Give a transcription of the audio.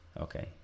Okay